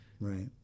right